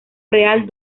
real